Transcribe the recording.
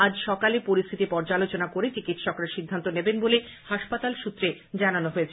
আজ সকালে পরিস্থিতি পর্যালোচনা করে চিকিৎসকরা সিদ্ধান্ত নেবেন বলে হাসপাতাল সৃত্রে জানানো হয়েছে